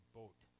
boat